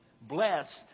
blessed